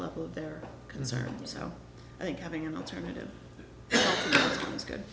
level of their concern so i think having an alternative is good